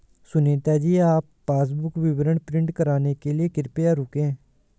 सुनीता जी आप पासबुक विवरण प्रिंट कराने के लिए कृपया रुकें